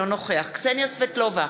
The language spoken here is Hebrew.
אינו נוכח קסניה סבטלובה,